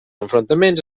enfrontaments